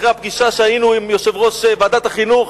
אחרי הפגישה עם יושב-ראש ועדת החינוך,